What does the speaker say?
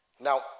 Now